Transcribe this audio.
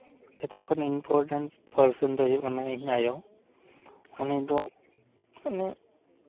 ᱡᱚᱛᱚᱠᱷᱚᱱ important percent ᱫᱚᱭ ᱦᱩᱭᱩᱜ ᱠᱟᱱᱟ ᱤᱧ ᱟᱭᱳ ᱩᱱᱤ ᱫᱚ ᱢᱟᱱᱮ